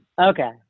Okay